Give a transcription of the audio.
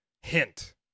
Hint